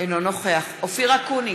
אינו נוכח אופיר אקוניס,